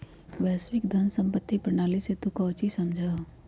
वैश्विक धन सम्बंधी प्रणाली से तू काउची समझा हुँ?